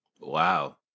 Wow